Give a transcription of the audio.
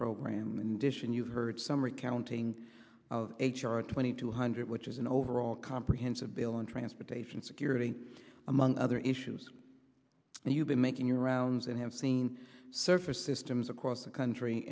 program and dish and you've heard some recounting of h r twenty two hundred which is an overall comprehensive bill on transportation security among other issues and you've been making your rounds and have seen surface systems across the country